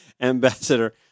ambassador